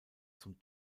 zum